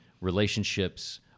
relationships